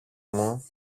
μου